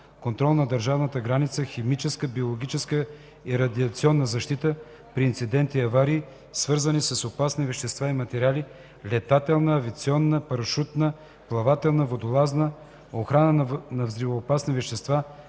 контрол на държавната граница, химическа, биологическа и радиационна защита при инциденти и аварии, свързани с опасни вещества и материали, летателна, авиационна, парашутна, плавателна, водолазна, охрана на взривоопасни вещества,